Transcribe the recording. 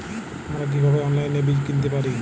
আমরা কীভাবে অনলাইনে বীজ কিনতে পারি?